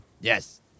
Yes